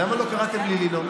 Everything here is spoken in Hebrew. למה לא קראתם לי לנאום?